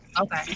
okay